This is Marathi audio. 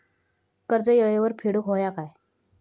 कर्ज येळेवर फेडूक होया काय?